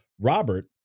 Robert